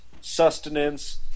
sustenance